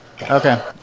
Okay